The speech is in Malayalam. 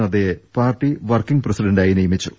നദ്ദയെ പാർട്ടി വർക്കിങ് പ്രസിഡണ്ടായി നിയമിച്ചു